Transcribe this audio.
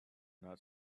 not